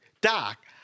Doc